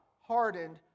hardened